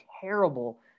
terrible